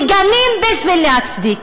מגנים בשביל להצדיק.